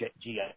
GI